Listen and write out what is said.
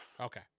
Okay